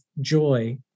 joy